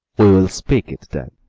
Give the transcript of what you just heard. we'll speak it, then.